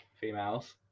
females